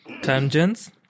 tangents